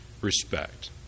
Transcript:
respect